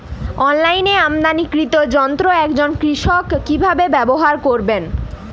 অনলাইনে আমদানীকৃত যন্ত্র একজন কৃষক কিভাবে ব্যবহার করবেন?